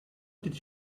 did